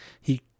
he